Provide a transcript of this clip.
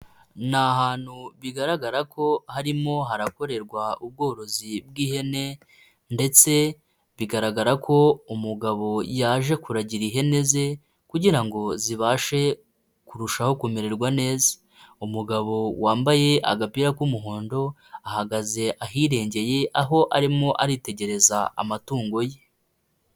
Ni ahantu bigaragara ko harimo harakorerwa ubworozi bw'ihene ndetse bigaragara ko umugabo yaje kuragira ihene ze kugira ngo zibashe kurushaho kumererwa neza. Umugabo wambaye agapira k'umuhondo ahagaze ahirengeye aho arimo aritegereza amatungo ye.